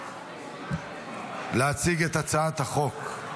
להציג את הצעת החוק.